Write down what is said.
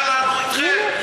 אני מתחבר למה שאמר השר שטייניץ.